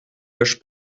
cache